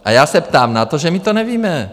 A já se ptám na to, že my to nevíme.